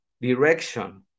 direction